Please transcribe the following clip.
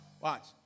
watch